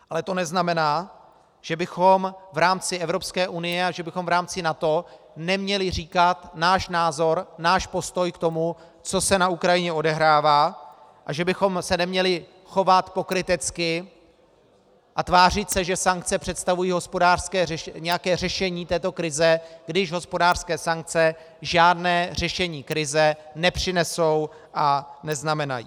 Ale to neznamená, že bychom v rámci Evropské unie a že bychom v rámci NATO neměli říkat náš názor, náš postoj k tomu, co se na Ukrajině odehrává, a že bychom se měli chovat pokrytecky a tvářit se, že sankce představují nějaké řešení této krize, když hospodářské sankce žádné řešení krize nepřinesou a neznamenají.